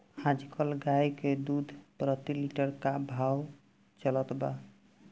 आज कल गाय के दूध प्रति लीटर का भाव चलत बा?